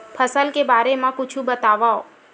फसल के बारे मा कुछु बतावव